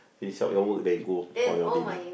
finish up your work then you go for your dinner